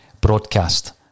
broadcast